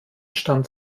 stand